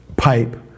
pipe